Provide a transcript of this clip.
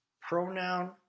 pronoun